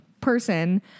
person